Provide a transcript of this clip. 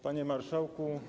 Panie Marszałku!